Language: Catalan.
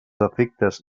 efectes